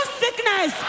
sickness